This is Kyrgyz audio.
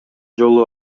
жолу